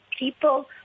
People